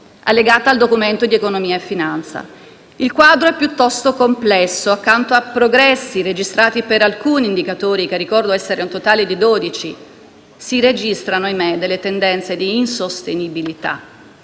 allegata al Documento di economia e finanza. Il quadro è piuttosto complesso; accanto a progressi registrati per alcuni indicatori, che ricordo essere in totale 12, si registrano - ahimè - tendenze di insostenibilità.